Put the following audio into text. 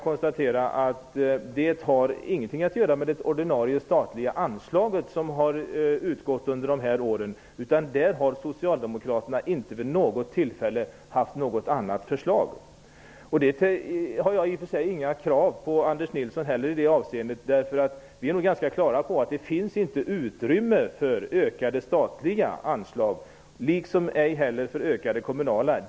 Det hade ingenting att göra med det ordinarie statliga anslag som har utgått under de här åren. Där har Socialdemokraterna inte vid något tillfälle haft något annat förslag. Jag ställer i och för sig inte några krav på Anders Nilsson i det avseendet. Vi är nog ganska klara över att det inte finns utrymme för ökade statliga anslag, liksom ej heller för ökade kommunala anslag.